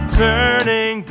turning